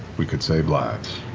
we could save lives.